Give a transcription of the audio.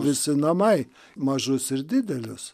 visi namai mažus ir didelius